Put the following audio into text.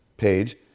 page